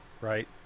right